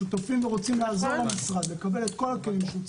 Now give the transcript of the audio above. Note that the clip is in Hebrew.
שותפים ורוצים לעזור למשרד לקבל את כל הכלים שהוא צריך.